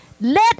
Let